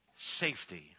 Safety